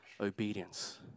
obedience